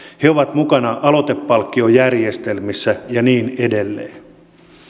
he ovat mukana aloitepalkkiojärjestelmissä ja niin edelleen